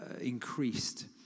increased